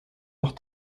leurs